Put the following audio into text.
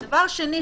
דבר שני,